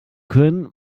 können